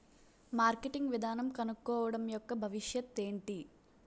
Marketing విధానం కనుక్కోవడం యెక్క భవిష్యత్ ఏంటి?